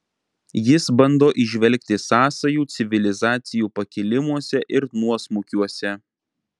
jis bando įžvelgti sąsajų civilizacijų pakilimuose ir nuosmukiuose